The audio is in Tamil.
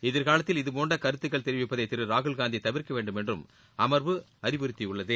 எதிர்காலத்தில் இதுபோன்ற கருத்துக்கள் தெரிவிப்பதை திரு ராகுல்காந்தி தவிர்க்க வேண்டுமென்றும் அமர்வு அறிவுறுத்தியுள்ளது